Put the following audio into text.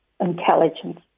intelligence